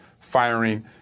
firing